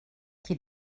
qui